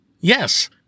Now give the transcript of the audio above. Yes